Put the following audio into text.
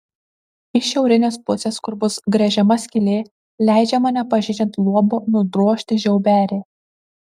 iš šiaurinės pusės kur bus gręžiama skylė leidžiama nepažeidžiant luobo nudrožti žiauberį